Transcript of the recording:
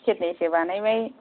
सेरनैसो बानायबाय